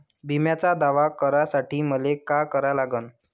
बिम्याचा दावा करा साठी मले का करा लागन?